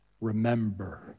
remember